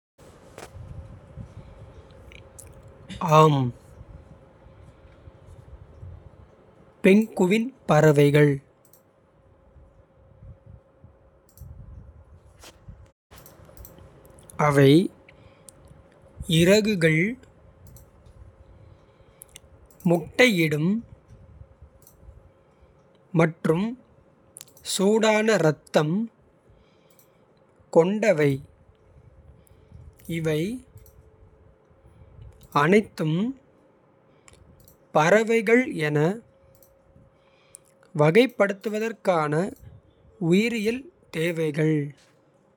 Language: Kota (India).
ஆம் பெங்குவின் பறவைகள் அவை இறகுகள். முட்டையிடும் மற்றும் சூடான இரத்தம் கொண்டவை. இவை அனைத்தும் பறவைகள் என. வகைப்படுத்தப்படுவதற்கான உயிரியல் தேவைகள்.